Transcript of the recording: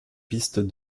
pistes